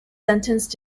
sentenced